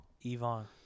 Yvonne